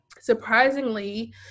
Surprisingly